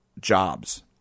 jobs